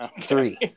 Three